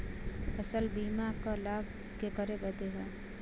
फसल बीमा क लाभ केकरे बदे ह?